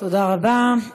תודה רבה.